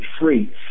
free